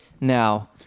Now